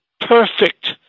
perfect